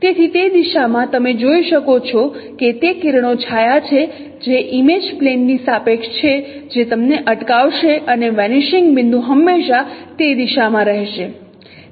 તેથી તે દિશામાં તમે જોઈ શકો છો કે તે કિરણોછાયા છે જે ઇમેજ પ્લેનની સાપેક્ષ છે જે તમને અટકાવશે અને વેનીશિંગ બિંદુ હંમેશાં તે દિશામાં રહેશે